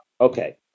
okay